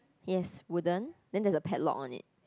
yes wooden then there's a padlock on it